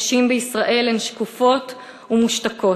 נשים בישראל הן שקופות ומושתקות.